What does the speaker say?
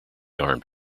armed